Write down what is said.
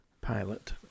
pilot